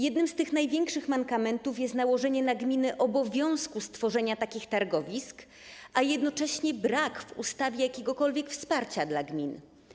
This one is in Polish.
Jeden z tych największych mankamentów stanowi fakt, iż nałożono na gminy obowiązek stworzenia takich targowisk, a jednocześnie brak w ustawie jakiegokolwiek wsparcia dla gmin.